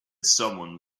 someone